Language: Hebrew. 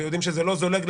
ויודעים שזה לא זולג,